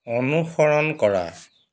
অনুসৰণ কৰা